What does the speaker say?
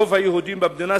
רוב היהודים במדינה,